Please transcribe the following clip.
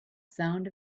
sound